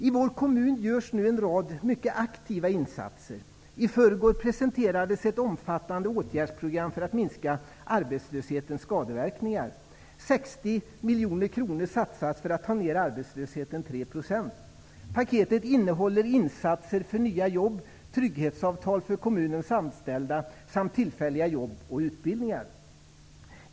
I vår kommun görs nu en rad mycket aktiva insatser. I förrgår presenterades ett omfattande åtgärdsprogram vars syfte är att minska arbetslöshetens skadeverkningar. 60 miljoner satsas för att ta ner arbetslösheten 3 %. Paketet innehåller insatser för nya jobb, trygghetsavtal för kommunens anställda samt tillfälliga jobb och utbildningar.